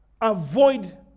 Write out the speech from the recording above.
avoid